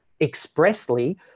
expressly